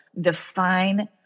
define